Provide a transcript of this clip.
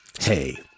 Hey